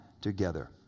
together